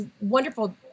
wonderful